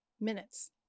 Minutes